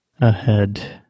ahead